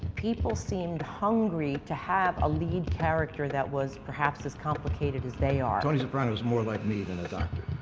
people seemed hungry to have a lead character that was perhaps as complicated as they are. tony soprano is more like me than a doctor,